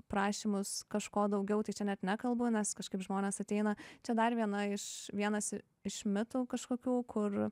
prašymus kažko daugiau tai čia net nekalbu nes kažkaip žmonės ateina čia dar viena iš vienas iš mitų kažkokių kur